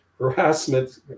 harassment